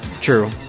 true